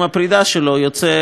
יוצא בערך אותו הדבר?